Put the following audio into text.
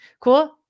Cool